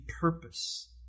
purpose